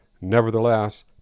Nevertheless